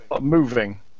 Moving